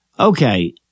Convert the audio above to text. Okay